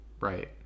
right